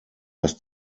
dass